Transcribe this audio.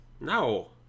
No